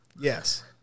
Yes